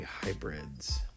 hybrids